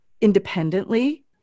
independently